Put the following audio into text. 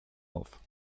auf